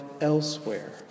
elsewhere